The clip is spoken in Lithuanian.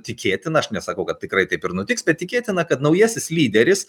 tikėtina aš nesakau kad tikrai taip ir nutiks bet tikėtina kad naujasis lyderis